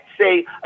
say